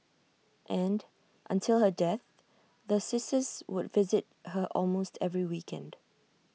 and until her death the sisters would visit her almost every weekend